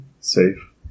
safe